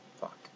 Fuck